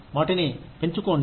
వాటిని పెంచుకోండి